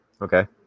okay